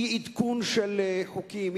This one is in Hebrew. אי-עדכון של חוקים,